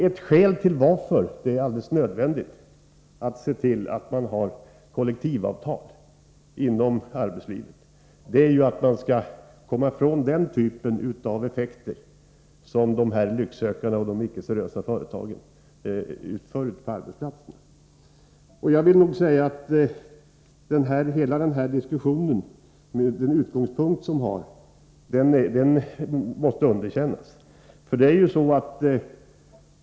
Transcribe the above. Ett skäl till att det är alldeles nödvändigt att det finns kollektivavtal i arbetslivet är att vi måste få bort de effekter som lycksökarna och de icke-seriösa företagen skapar ute på arbetsplatserna. Hela den här diskussionen, med den utgångspunkt som den har, måste underkännas.